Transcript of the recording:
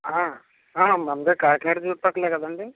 మందే కాకినాడ చుట్టుపక్కలే కదండి